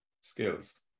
skills